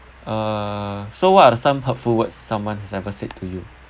uh so what are the some hurtful words someone has ever said to you